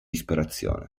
ispirazione